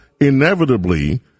inevitably